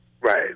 Right